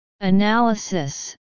Analysis